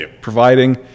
providing